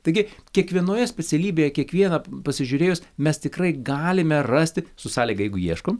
taigi kiekvienoje specialybėje kiekvieną pasižiūrėjus mes tikrai galime rasti su sąlyga jeigu ieškom